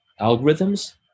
algorithms